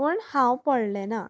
पूण हांव पडले ना